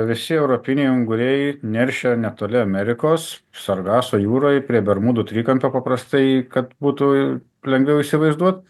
visi europiniai unguriai neršia netoli amerikos sargaso jūroje prie bermudų trikampio paprastai kad būtų lengviau įsivaizduot